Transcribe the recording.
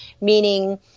Meaning